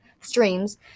streams